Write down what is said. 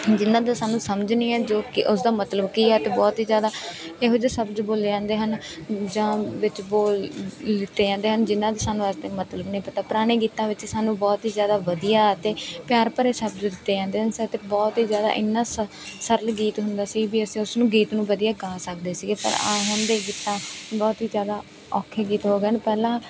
ਜਿਨ੍ਹਾਂ ਦੀ ਸਾਨੂੰ ਸਮਝ ਨਹੀਂ ਹੈ ਜੋ ਕਿ ਉਸਦਾ ਮਤਲਬ ਕੀ ਹੈ ਅਤੇ ਬਹੁਤ ਹੀ ਜ਼ਿਆਦਾ ਇਹੋ ਜਿਹੇ ਸ਼ਬਦ ਬੋਲੇ ਜਾਂਦੇ ਹਨ ਜਾਂ ਵਿੱਚ ਬੋਲ ਲਿਤੇ ਜਾਂਦੇ ਹਨ ਜਿਨ੍ਹਾਂ ਦੇ ਸਾਨੂੰ ਅੱਜ ਤਾਈਂ ਮਤਲਬ ਨਹੀਂ ਪਤਾ ਪੁਰਾਣੇ ਗੀਤਾਂ ਵਿੱਚ ਸਾਨੂੰ ਬਹੁਤ ਹੀ ਜ਼ਿਆਦਾ ਵਧੀਆ ਅਤੇ ਪਿਆਰ ਭਰੇ ਸ਼ਬਦ ਦਿੱਤੇ ਜਾਂਦੇ ਹਨ ਸ ਅਤੇ ਬਹੁਤ ਹੀ ਜ਼ਿਆਦਾ ਇੰਨਾ ਸ ਸਰਲ ਗੀਤ ਹੁੰਦਾ ਸੀ ਵੀ ਅਸੀਂ ਉਸਨੂੰ ਗੀਤ ਨੂੰ ਵਧੀਆ ਗਾ ਸਕਦੇ ਸੀਗੇ ਪਰ ਆਹ ਹੁਣ ਦੇ ਗੀਤਾਂ ਬਹੁਤ ਹੀ ਜ਼ਿਆਦਾ ਔਖੇ ਗੀਤ ਹੋ ਗਏ ਹਨ ਪਹਿਲਾਂ